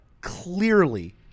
clearly